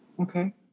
okay